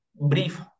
brief